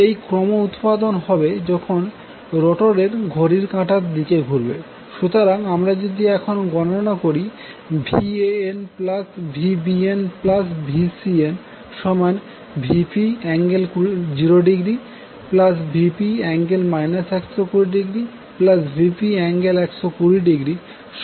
এই ক্রম উৎপন্ন হবে যখন রোটেটর ঘড়ির কাটার দিকে ঘুরবে